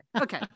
okay